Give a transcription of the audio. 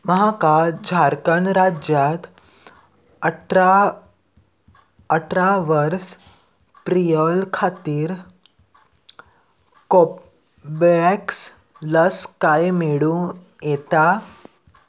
म्हाका झारखंड राज्यांत अठरा अठरा वर्स प्रियल खातीर कोबेवॅक्स लस कांय मेळूं येता